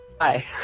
hi